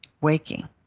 waking